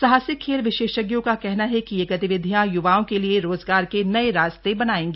साहसिक खेल विशेषज्ञों का कहना है की ये गतिविधियां युवाओं के लिए रोजगार के नये रास्ते बनाएगी